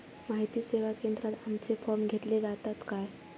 माहिती सेवा केंद्रात आमचे फॉर्म घेतले जातात काय?